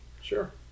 Sure